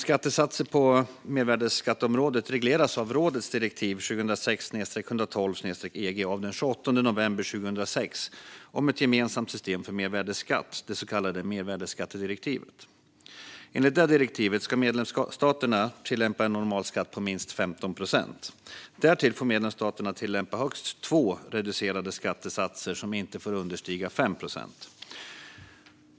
Skattesatser på mervärdesskatteområdet regleras av rådets direktiv 2006 EG av den 28 november 2006 om ett gemensamt system för mervärdesskatt, det så kallade mervärdesskattedirektivet. Enligt det direktivet ska medlemsstaterna tillämpa en normalskatt på minst 15 procent. Därtill får medlemsstaterna tillämpa högst två reducerade skattesatser som inte får understiga 5 procent.